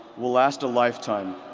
will last a lifetime.